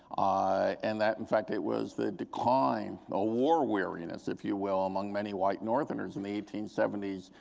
ah and that in fact it was the decline, a war weariness, if you will, among many white northerners in the eighteen seventy s,